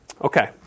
Okay